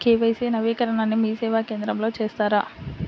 KYC నవీకరణని మీసేవా కేంద్రం లో చేస్తారా?